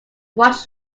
watch